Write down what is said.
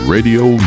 Radio